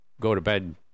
go-to-bed